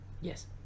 yes